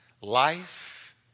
life